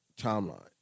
timeline